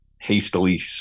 hastily